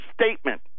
statement